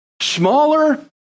Smaller